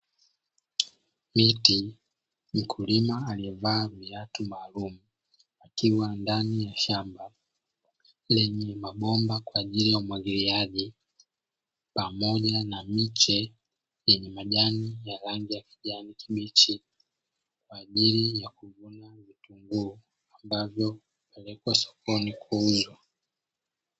Miti, mkulima aliyevaa viatu maalumu akiwa ndani ya shamba lenye mabomba kwa ajili ya umwagiliaji pamoja na miche yenye majani ya rangi ya kijani kibichi, kwa ajili ya kuvuna vitunguu ambavyo hupelekwa sokoni kuuzwa.